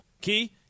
Key